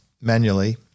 manually